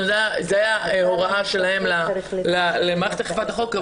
זו הייתה ההוראה שלהם למערכת אכיפת החוק.